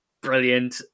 brilliant